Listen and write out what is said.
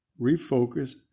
refocus